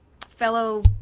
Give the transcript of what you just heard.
fellow